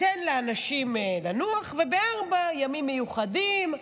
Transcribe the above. תן לאנשים לנוח, וב-16:00, ימים מיוחדים.